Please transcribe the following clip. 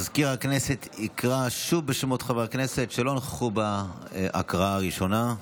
מזכיר הכנסת יקרא שוב בשמות חברי הכנסת שלא נכחו בהקראה הראשונה.